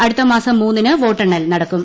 അടുത്ത മാസം മൂന്നിന് വോട്ടെണ്ണൽ നടക്കും